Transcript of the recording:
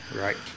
Right